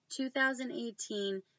2018